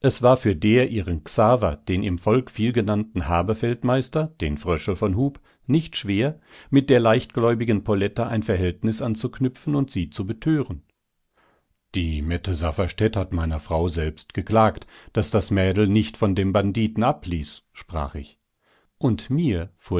es war für der ihren xaver den im volk viel genannten haberfeldmeister den fröschel von hub nicht schwer mit der leichtgläubigen poletta ein verhältnis anzuknüpfen und sie zu betören die mette safferstätt hat meiner frau selbst geklagt daß das mädel nicht von dem banditen abließ sprach ich und mir